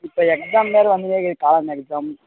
இப்போ எக்ஸாம் வேறு வந்துன்னே இருக்குது காலாண்டு எக்ஸாம்